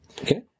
Okay